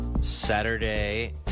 Saturday